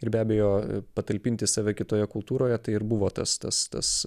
ir be abejo patalpinti save kitoje kultūroje tai ir buvo tas tas tas